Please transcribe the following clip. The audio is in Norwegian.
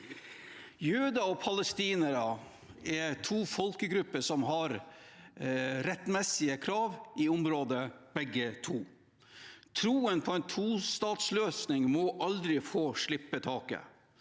Jøder og palestinere er to folkegrupper som har rettmessige krav i området, begge to. Troen på en tostatsløsning må aldri få slippe taket.